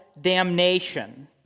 damnation